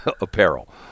apparel